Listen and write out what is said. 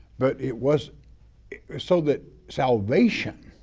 but it was so that salvation